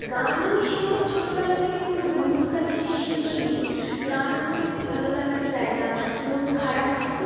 গান আমি সেভাবে ছোটবেলা থেকে কোনো গুরুর কাছে শিখিনি গান আমার একটি ভালো লাগার জায়গা মন খারাপ থাকুক